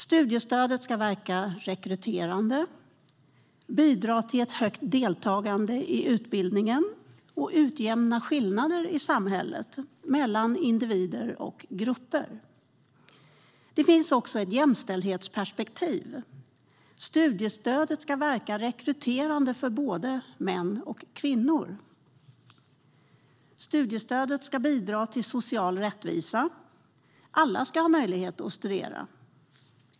Studiestödet ska verka rekryterande, bidra till ett högt deltagande i utbildning och utjämna skillnader i samhället mellan individer och grupper. Det finns också ett jämställdhetsperspektiv; studiestödet ska verka rekryterande för både män och kvinnor. Studiestödet ska bidra till social rättvisa - alla ska ha möjlighet att studera.